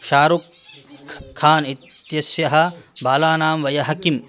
शारुख् खान् इत्यस्य बालानां वयः किम्